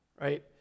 right